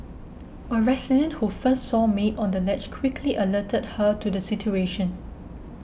a resident who first saw maid on the ledge quickly alerted her to the situation